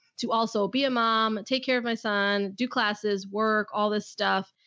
to also be a mom, take care of my son, do classes, work, all this stuff.